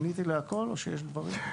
עניתי לכול, או שיש עוד דברים?